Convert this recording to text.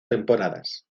temporadas